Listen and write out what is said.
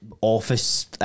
office